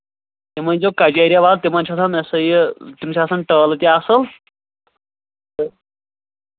تِم أنۍزیو کَجاریا تِمَن چھُ آسان نہ سا یہِ تِم چھِ آسان ٹٲلہٕ تہِ اَصٕل تہٕ